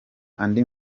andi